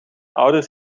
ouders